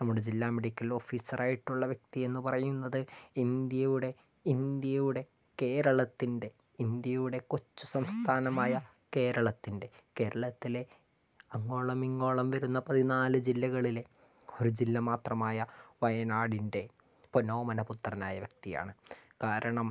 നമ്മുടെ ജില്ലാ medical officer ആയിട്ടുള്ള വ്യക്തിയെന്ന് പറയുന്നത് ഇന്ത്യയുടെ ഇന്ത്യയുടെ കേരളത്തിൻ്റെ ഇന്ത്യയുടെ കൊച്ചു സംസ്ഥാനമായ കേരളത്തിൻ്റെ കേരളത്തിലെ അങ്ങോളം ഇങ്ങോളം വരുന്ന പതിനാല് ജില്ലകളിലെ ഒരു ജില്ല മാത്രമായ വയനാടിൻ്റെ പൊന്നോമനപുത്രനായ വ്യക്തിയാണ് കാരണം